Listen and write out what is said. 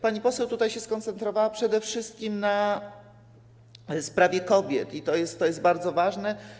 Pani poseł tutaj się skoncentrowała przede wszystkim na sprawie kobiet, i to jest bardzo ważne.